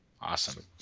Awesome